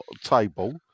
table